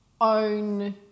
own